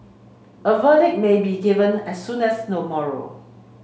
a verdict may be given as soon as tomorrow